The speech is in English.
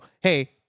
hey